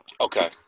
Okay